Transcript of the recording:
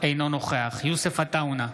אינו נוכח יוסף עטאונה,